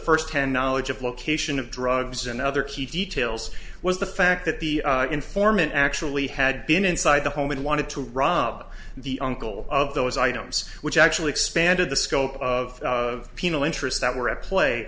first ten knowledge of location of drugs and other key details was the fact that the informant actually had been inside the home and wanted to rob the uncle of those items which actually expanded the scope of penal interests that were at play